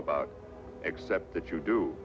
about except that you do